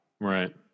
Right